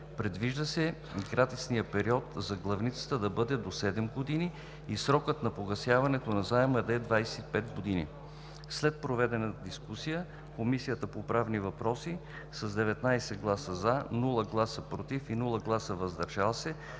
Предвижда се гратисният период за главницата да бъде до 7 години, и срокът на погасяване на заема да е 25 години. След проведената дискусия Комисията по правни въпроси с 19 гласа „за“, без гласове „против“ и без гласове „въздържал се“,